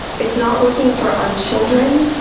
it's not working for our children,